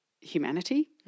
humanity